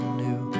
new